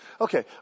Okay